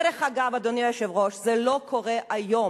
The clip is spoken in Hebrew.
דרך אגב, אדוני היושב-ראש, זה לא קורה היום,